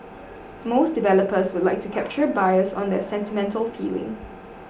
most developers would like to capture buyers on their sentimental feeling